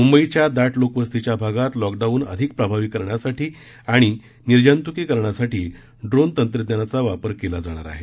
म्ंबईच्या दाट लोकवस्तीच्या भागात लॉकडाऊन अधिक प्रभावी करण्यासाठी आणि निर्जंत्कीकरणासाठी ड्रोन तंत्रज्ञानाचा वापर केला जाणार आहे